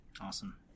Awesome